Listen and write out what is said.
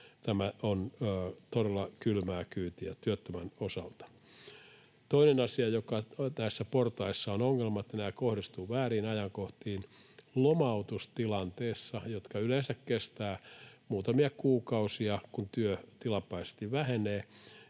tämä on todella kylmää kyytiä työttömän osalta. Toinen asia, joka näissä portaissa on ongelma, on se, että nämä kohdistuvat vääriin ajankohtiin lomautustilanteissa, jotka yleensä kestävät muutamia kuukausia, kun työ tilapäisesti vähenee.